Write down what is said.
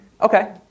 Okay